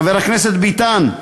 חבר הכנסת ביטן,